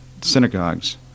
synagogues